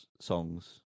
songs